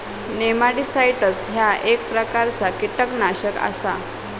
nematicides ह्या एक प्रकारचा कीटकनाशक आसा